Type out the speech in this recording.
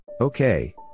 Okay